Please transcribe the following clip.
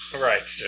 Right